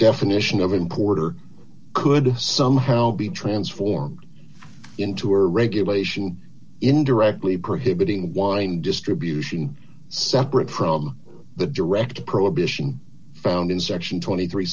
definition of importer could somehow be transformed into a regulation indirectly prohibiting wine distribution separate from the direct prohibition found in section twenty three